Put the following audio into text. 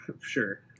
Sure